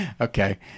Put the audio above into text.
Okay